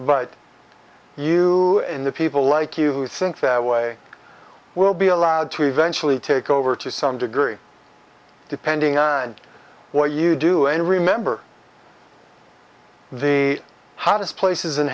but you in the people like you who think that way will be allowed to eventually take over to some degree depending on what you do and remember the hottest places in